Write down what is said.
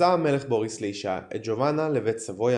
נשא המלך בוריס לאישה את ג'ובאנה לבית סבויה